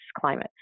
climate